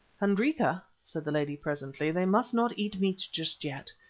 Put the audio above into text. hendrika, said the lady presently, they must not eat meat just yet.